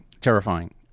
Terrifying